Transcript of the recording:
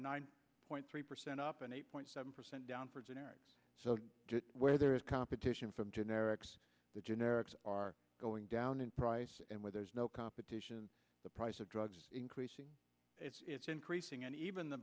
nine point three percent up an eight point seven percent down for generic so where there is competition from generics the generics are going down in price and where there's no competition the price of drugs increasing it's increasing and even the